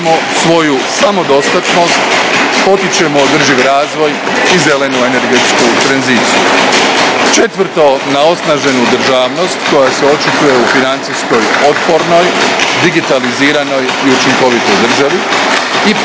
svoju samodostatnost, potičemo održiv razvoj i zelenu energetsku tranziciju; 4. na osnaženu državnost koja se očituje u financijski otpornoj, digitaliziranoj i učinkovitoj državi.